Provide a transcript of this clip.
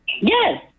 yes